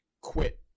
quit